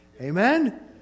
Amen